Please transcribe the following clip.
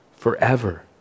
forever